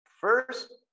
First